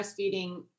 breastfeeding